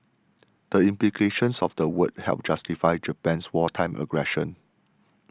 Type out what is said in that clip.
the implications of the word helped justify Japan's wartime aggression